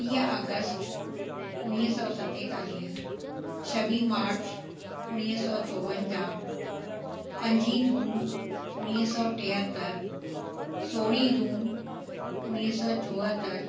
टीह अगस्त उणिवीह सौ सतेतालीह छवीह मार्च उणिवीह सौ चोवंजाहु पंज जून उणिवीह सौ टेहतरि सोरहं जून उणिवीह सौ चोहतरि